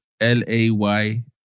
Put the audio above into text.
L-A-Y